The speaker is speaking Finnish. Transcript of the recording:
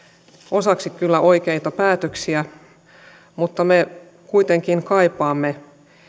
osaksi kyllä oikeita päätöksiä mutta me kuitenkin kaipaamme